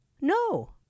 no